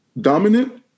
dominant